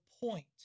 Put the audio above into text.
point